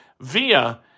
via